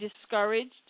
discouraged